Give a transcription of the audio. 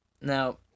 Now